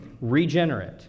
regenerate